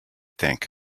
think